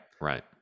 right